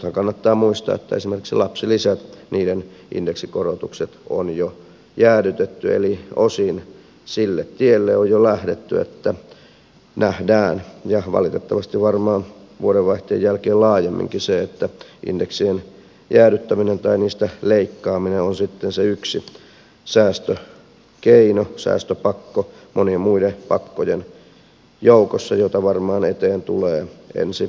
nythän kannattaa muistaa että esimerkiksi lapsilisien indeksikorotukset on jo jäädytetty eli osin sille tielle on jo lähdetty että nähdään ja valitettavasti varmaan vuodenvaihteen jälkeen laajemminkin se että indeksien jäädyttäminen tai niistä leikkaaminen on sitten se yksi säästökeino säästöpakko monien muiden pakkojen joukossa joita varmaan eteen tulee ensi helmimaaliskuussa aika lailla